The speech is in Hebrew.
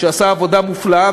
שעשה עבודה מופלאה.